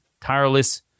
tireless